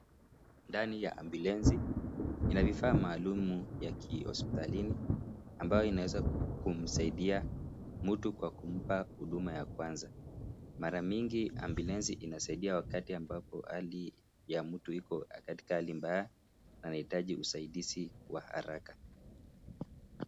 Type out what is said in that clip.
Ndani ya ambulensi ina vifaa maalum vya kihospitalini ambayo inaweza kumsaidia mtu kwa kumpa huduma ya kwaza. Mara mingi ambulensi inasaidia wakati ambapo hali ya mtu iko katika hali mbaya na anahitaji usaidizi wa haraka.